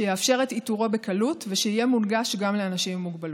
שיאפשר את איתורו בקלות ושיהיה מונגש גם לאנשים עם מוגבלות.